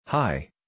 Hi